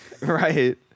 right